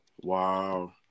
Wow